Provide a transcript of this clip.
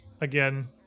again